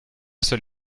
seul